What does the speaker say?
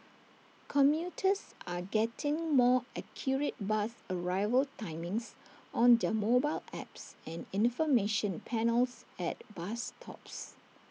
commuters are getting more accurate bus arrival timings on their mobile apps and information panels at bus stops